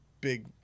big